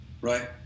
Right